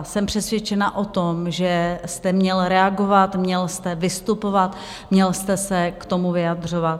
Jsem přesvědčena o tom, že jste měl reagovat, měl jste vystupovat, měl jste se k tomu vyjadřovat.